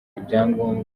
ibyangombwa